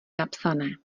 napsané